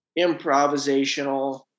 improvisational